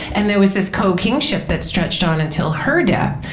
and there was this co-kingship that stretched on until her death.